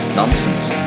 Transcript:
nonsense